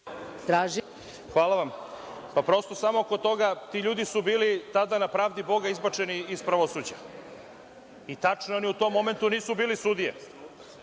Hvala. Prosto, samo oko toga, ti ljudi su bili tada na pravdi boga izbačeni iz pravosuđa. Tačno je da oni u tom momentu nisu bili sudije,